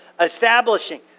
Establishing